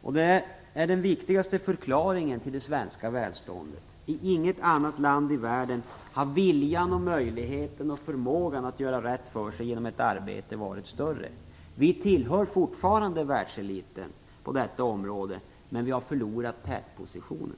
Det är den viktigaste förklaringen till det svenska välståndet. I inget annat land i världen har viljan, möjligheten och förmågan att göra rätt för sig genom ett arbete varit större. Vi tillhör fortfarande världseliten på detta område, men vi har förlorat tätpositionen.